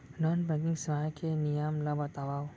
Non banking सेवाएं के नियम ला बतावव?